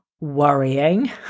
Worrying